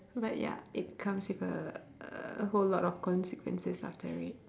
but ya it comes with a uh whole lot of consequences after it